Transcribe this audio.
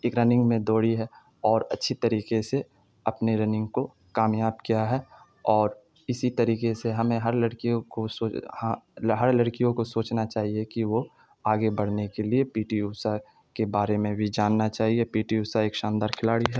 ایک رننگ میں دوڑی ہے اور اچھی طریقے سے اپنے رننگ کو کامیاب کیا ہے اور اسی طریقے سے ہمیں ہر لڑکیوں کو ہر لڑکیوں کو سوچنا چاہیے کہ وہ آگے بڑھنے کے لیے پی ٹی اوشا کے بارے میں بھی جاننا چاہیے پی ٹی اوشا ایک شاندار کھلاڑی ہے